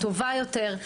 טובה יותר.